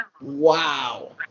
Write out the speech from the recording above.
wow